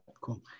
Cool